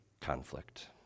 conflict